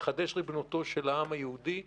ריבונותו של העם היהודי.